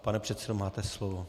Pane předsedo, máte slovo.